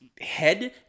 head